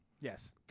Yes